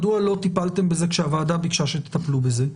מדוע לא טיפלתם בזה כשהוועדה ביקשה שתטפלו בזה?